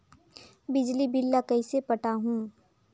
बिजली बिल ल कइसे पटाहूं?